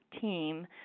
team